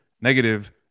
negative